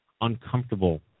uncomfortable